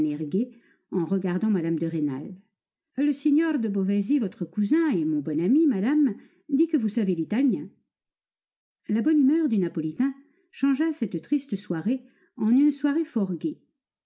en regardant mme de rênal le signor de beauvaisis votre cousin et mon bon ami madame dit que vous savez l'italien la bonne humeur du napolitain changea cette triste soirée en une soirée